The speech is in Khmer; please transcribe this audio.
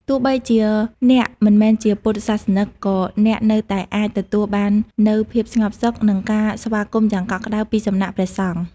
ទោះបីជាអ្នកមិនមែនជាពុទ្ធសាសនិក ក៏អ្នកនៅតែអាចទទួលបាននូវភាពស្ងប់សុខ និងការស្វាគមន៍យ៉ាងកក់ក្តៅពីសំណាក់ព្រះសង្ឃ។